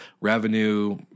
revenue